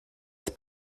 ist